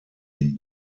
hin